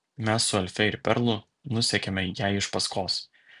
mes su elfe ir perlu nusekėme jai iš paskos